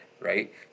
right